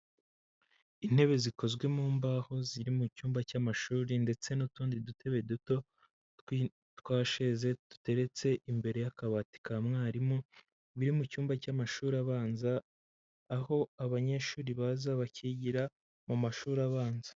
Intebe zikozwe mu mbaho ziri mu cyumba cy'amashuri ndetse n'utundi dutebe duto twa sheze duteretse imbere y'akabati ka mwarimu, biri mu cyumba cy'amashuri abanza, aho abanyeshuri baza bakigira mu mashuri abanza.